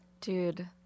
Dude